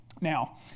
Now